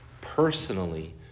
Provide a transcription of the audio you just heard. personally